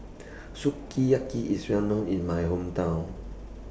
Sukiyaki IS Well known in My Hometown